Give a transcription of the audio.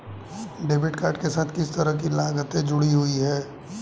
Debit card के साथ किस तरह की लागतें जुड़ी हुई हैं?